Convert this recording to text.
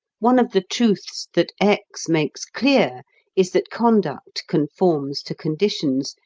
one of the truths that x makes clear is that conduct conforms to conditions,